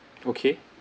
okay